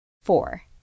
Four